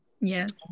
yes